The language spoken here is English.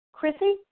Chrissy